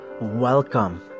Welcome